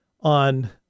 on